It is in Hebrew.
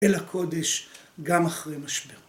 אל הקודש גם אחרי משבר.